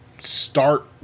start